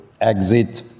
exit